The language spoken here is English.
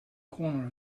corner